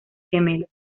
gemelos